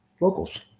Locals